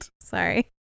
Sorry